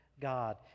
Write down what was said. God